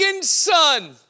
son